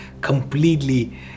completely